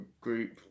group